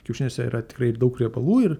kiaušiniuose yra tikrai daug riebalų ir